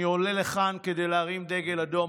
אני עולה לכאן כדי להרים דגל אדום.